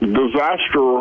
disaster